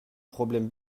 problème